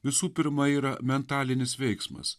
visų pirma yra mentalinis veiksmas